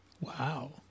Wow